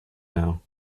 now